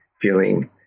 feeling